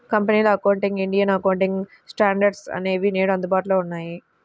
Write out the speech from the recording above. కంపెనీల accounting, Indian accounting standards అనేవి నేడు అందుబాటులో ఉన్నాయి